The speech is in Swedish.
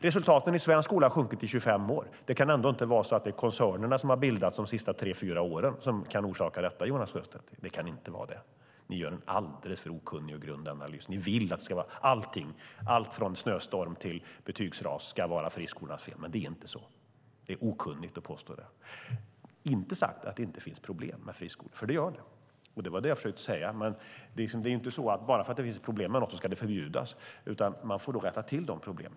Resultaten i svensk skola har sjunkit i 25 år. Det kan ändå inte vara så att det är koncernerna som har bildats de senaste tre fyra åren som kan ha orsakat detta, Jonas Sjöstedt. Ni gör en alldeles för okunnig och grund analys. Ni vill att allt från snöstorm till betygsras ska vara friskolornas fel, men det är inte så. Det är okunnigt att påstå det. Jag har inte sagt att det inte finns problem med friskolor, för det gör det, och det var det jag försökte säga. Men det är inte så att bara för att det finns problem ska friskolor förbjudas, utan man får då rätta till problemen.